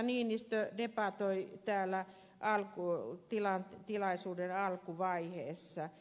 niinistö debatoi täällä tilaisuuden alkuvaiheessa